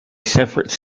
separate